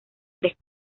tres